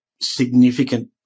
significant